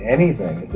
anything.